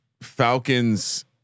Falcons